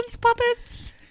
puppets